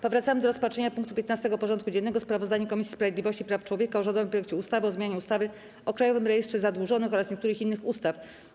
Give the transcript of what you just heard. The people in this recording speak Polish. Powracamy do rozpatrzenia punktu 15. porządku dziennego: Sprawozdanie Komisji Sprawiedliwości i Praw Człowieka o rządowym projekcie ustawy o zmianie ustawy o Krajowym Rejestrze Zadłużonych oraz niektórych innych ustaw.